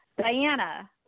Diana